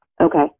Okay